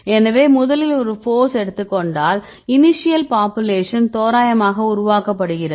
எனவே முதலில் ஒரு போஸ் எடுத்துக் கொண்டால் இனிஷியல் பாப்புலேஷன் தோராயமாக உருவாக்கப்படுகிறது